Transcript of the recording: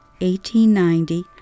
1890